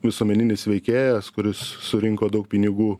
visuomeninis veikėjas kuris surinko daug pinigų